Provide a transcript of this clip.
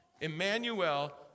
Emmanuel